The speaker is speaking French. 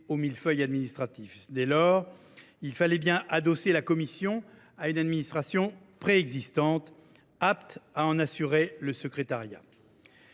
au millefeuille administratif. Dès lors, il fallait bien adosser la commission à une administration préexistante, apte à en assurer le secrétariat.